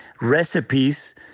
recipes